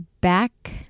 back